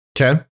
Okay